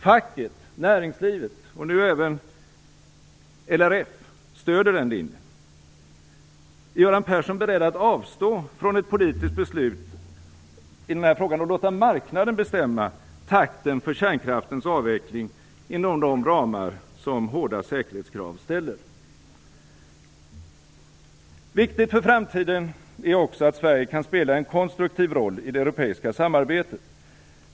Facket, näringslivet och nu även LRF stöder den linjen. Är Göran Persson beredd att avstå från ett politiskt beslut i den här frågan och låta marknaden bestämma takten för kärnkraftens avveckling inom de ramar som hårda säkerhetskrav ställer? Viktigt för framtiden är också att Sverige kan spela en konstruktiv roll i det europeiska samarbetet.